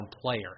player